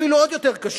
אפילו עוד יותר קשות.